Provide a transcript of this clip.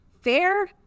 Fair